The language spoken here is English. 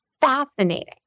fascinating